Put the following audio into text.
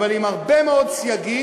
אבל עם הרבה מאוד סייגים,